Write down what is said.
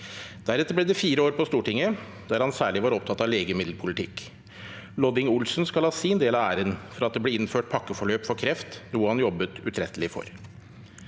Deretter ble det fire år på Stortinget, der han særlig var opptatt av legemiddelpolitikk. Lodding Olsen skal ha sin del av æren for at det ble innført pakkeforløp for kreft, noe han jobbet utrettelig for.